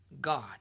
God